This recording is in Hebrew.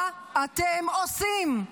מה אתם עושים?